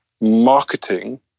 marketing